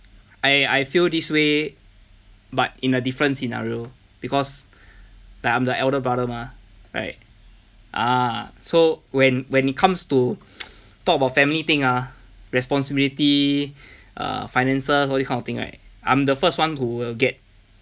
I I feel this way but in a different scenario because I'm like the elder brother mah right ah so when when it comes to talk about family thing ah responsibility err finances all these kind of thing right I'm the first one who will get